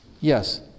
Yes